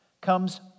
comes